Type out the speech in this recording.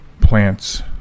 plants